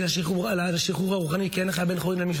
שנתחיל, אני בטוח, חבריי,